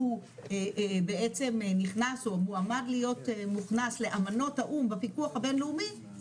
בעצם נכנס או מועמד להיות מוכנס לאמנות האו"ם בפיקוח הבינלאומי,